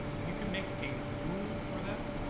you can make a rule for that,